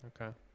Okay